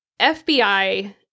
FBI